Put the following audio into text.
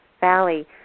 Valley